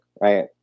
right